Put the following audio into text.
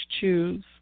choose